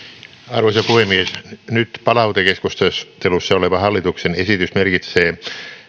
arvoisa puhemies nyt palautekeskustelussa oleva hallituksen esitys merkitsee